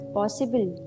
possible